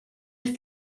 els